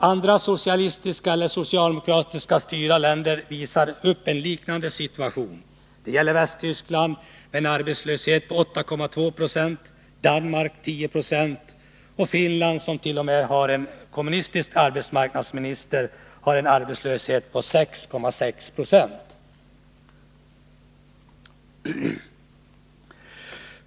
Andra socialistiskt eller socialdemokratiskt styrda länder visar upp en liknande situation. Det gäller Västtyskland med en arbetslöshet på 8,2 20, Danmark med 10926 och Finland, som t.o.m. har en kommunistisk arbetsmarknadsminister, med 6,6 2.